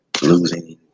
Losing